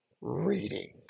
reading